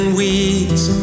weeds